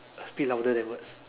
speak louder than words